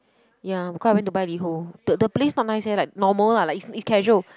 ya because I went to buy LiHO the the place not nice leh like normal lah it's it's casual